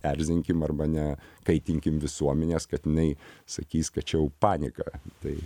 erzinkim arba ne kaitinkim visuomenės kad jinai sakys kad čia jau panika tai